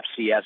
FCS